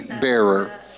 bearer